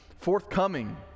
forthcoming